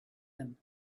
them